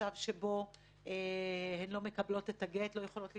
במצב שבו הן לא מקבלות את הגט והן לא יכולות להינשא.